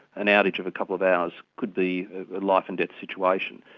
an outage of a couple of hours could be a life and death situation.